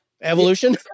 Evolution